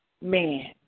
man